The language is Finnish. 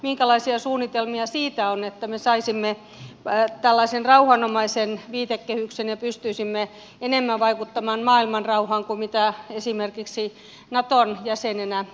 minkälaisia suunnitelmia siitä on että me saisimme tällaisen rauhanomaisen viitekehyksen ja pystyisimme enemmän vaikuttamaan maailmanrauhaan kuin esimerkiksi naton jäsenenä